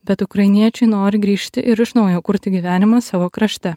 bet ukrainiečiai nori grįžti ir iš naujo kurti gyvenimą savo krašte